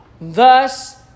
Thus